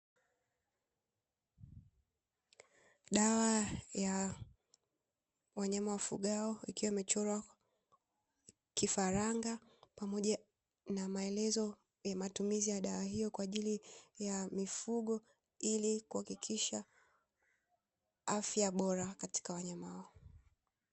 Dawa ya wanyama wafugao, ikiwa imechorwa kifaranga pamoja na maelezo ya matumizi ya dawa hiyo kwa ajili ya mifugo, ili kuhakikisha afya bora katika wanyama wao.